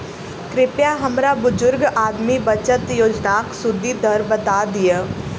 कृपया हमरा बुजुर्ग आदमी बचत योजनाक सुदि दर बता दियऽ